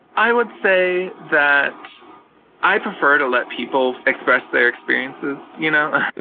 i would say that i prefer to let people express their experiences, you know?